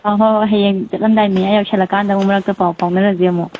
ꯑꯥ ꯍꯣꯏ ꯍꯣꯏ ꯍꯌꯦꯡ ꯆꯠꯂꯝꯗꯥꯏ ꯃꯌꯥ ꯌꯧꯁꯤꯜꯂꯛꯑ ꯀꯥꯟꯗ ꯑꯃꯨꯛ ꯃꯔꯛꯇ ꯄꯥꯎ ꯐꯥꯎꯅꯔꯁꯦ ꯑꯃꯨꯛ